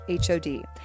HOD